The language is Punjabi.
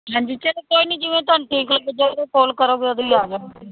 ਹਾਂਜੀ ਚਲੋ ਕੋਈ ਨਹੀਂ ਜਿਵੇਂ ਤੁਹਾਨੂੰ ਠੀਕ ਲੱਗ ਜਾਵੇ ਕੋਲ ਕਰੋਗੇ ਉਦੋਂ ਹੀ ਆ ਜਾਵਾਂਗੇ